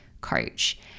coach